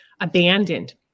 Abandoned